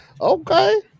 Okay